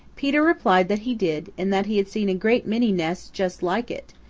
peter replied that he did and that he had seen a great many nests just like it,